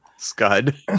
Scud